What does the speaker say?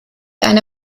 eine